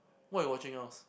what you watching else